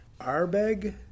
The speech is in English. Arbeg